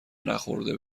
نخورده